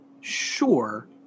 Sure